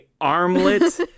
armlet